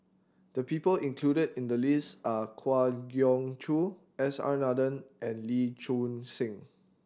the people included in the list are Kwa Geok Choo S R Nathan and Lee Choon Seng